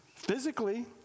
Physically